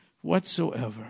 whatsoever